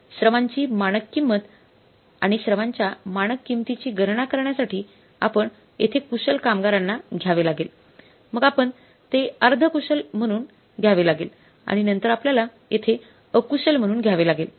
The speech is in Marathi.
श्रमांची मानक किंमत आणि श्रमांच्या मानक किंमतीची गणना करण्यासाठी आपण येथे कुशल कामगारांना घ्यावे लागेल मग आपण ते अर्ध कुशल म्हणून घ्यावे लागेल आणि नंतर आपल्याला येथे अकुशल म्हणून घ्यावे लागेल